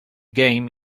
game